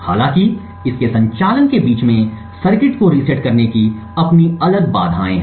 हालांकि इसके संचालन के बीच में सर्किट को रीसेट करने की अपनी बाधाएं हैं